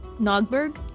Nogberg